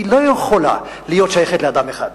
היא לא יכולה להיות שייכת לאדם אחד.